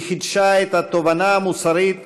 היא חידשה את התובנה המוסרית